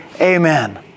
amen